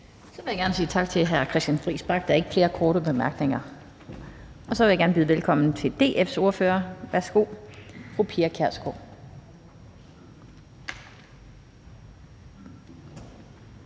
Så vil jeg gerne sige tak til hr. Christian Friis Bach. Der er ikke flere korte bemærkninger. Så vil jeg gerne byde velkommen til DF's ordfører. Værsgo til fru Pia Kjærsgaard.